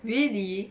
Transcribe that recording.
really